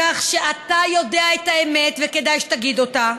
כך שאתה יודע את האמת, וכדאי שתגיד אותה,